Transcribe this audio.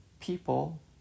people